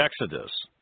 Exodus